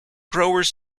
growers